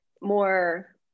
more